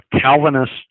Calvinist